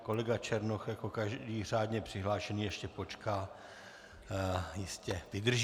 Kolega Černoch jako každý řádně přihlášený ještě počká, jistě vydrží.